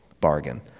bargain